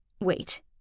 Wait